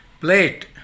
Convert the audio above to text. plate